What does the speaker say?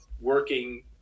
Working